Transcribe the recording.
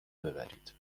ببرید